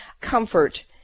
comfort